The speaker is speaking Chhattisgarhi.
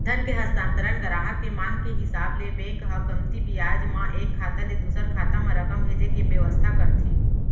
धन के हस्तांतरन गराहक के मांग के हिसाब ले बेंक ह कमती बियाज म एक खाता ले दूसर खाता म रकम भेजे के बेवस्था करथे